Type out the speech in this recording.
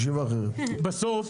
בסוף,